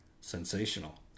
Sensational